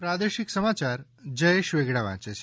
પ્રાદેશિક સમાયાર જયેશ વેગડા વાંચે છે